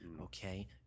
okay